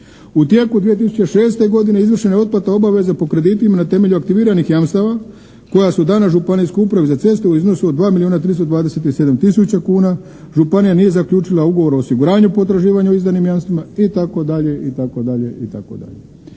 U tijeku 2006. godine izvršena je otplata obaveza po kreditima na temelju aktiviranih jamstava koja su dana županijskoj upravi za ceste u iznosu od 2 milijuna 327 tisuća kuna. Županija nije zaključila ugovor o osiguranju potraživanja u izdanim jamstvima, itd.